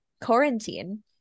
quarantine